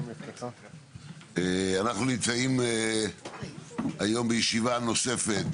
אנחנו נמצאים היום בישיבה נוספת